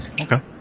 okay